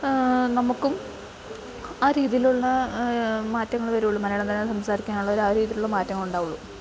നമുക്കും ആ രീതിയിൽ ഉള്ള മാറ്റങ്ങൾ വരുകയുള്ളു മലയാളം തന്നെ സംസാരിക്കാൻ ഉള്ള ഒരു ആ രീതിയിൽ ഉള്ള മാറ്റങ്ങൾ ഉണ്ടാവുള്ളു